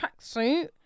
tracksuit